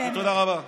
תודה רבה.